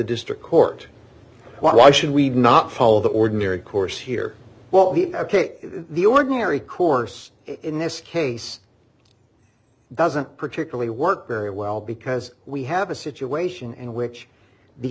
district court why should we not follow the ordinary course here well the ordinary course in this case doesn't particularly work very well because we have a situation in which the